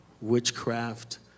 witchcraft